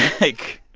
like,